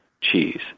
cheese